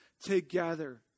together